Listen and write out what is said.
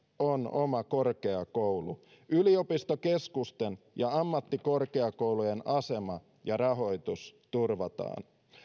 on oma korkeakoulu yliopistokeskusten ja ammattikorkeakoulujen asema ja rahoitus turvataan